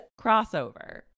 crossover